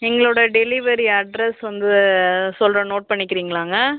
எங்களோடய delivery address வந்து சொல்கிறேன் நோட் பண்ணிக்கிறீங்களாங்க